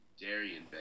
Darian